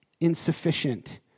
insufficient